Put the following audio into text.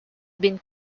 been